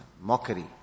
Mockery